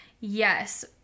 yes